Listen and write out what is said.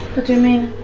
what do you mean?